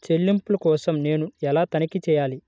చెల్లింపుల కోసం నేను ఎలా తనిఖీ చేయాలి?